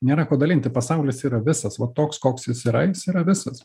nėra ko dalinti pasaulis yra visas va toks koks jis yra jis yra visas